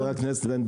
חבר הכנסת בן ברק.